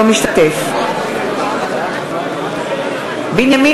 אינו משתתף בהצבעה בנימין